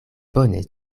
bone